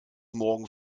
morgen